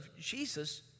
Jesus